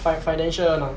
fi~financial ah